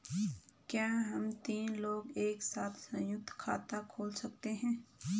क्या हम तीन लोग एक साथ सयुंक्त खाता खोल सकते हैं?